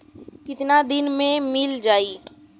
कितना दिन में मील जाई?